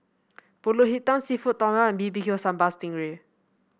pulut hitam seafood Tom Yum and B B Q Sambal Sting Ray